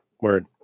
Word